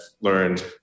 learned